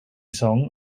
song